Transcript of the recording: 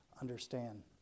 understand